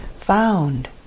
found